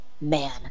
Man